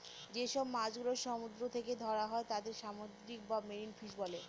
যেসব মাছ গুলো সমুদ্র থেকে ধরা হয় তাদের সামুদ্রিক বা মেরিন ফিশ বলে